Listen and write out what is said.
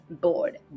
bored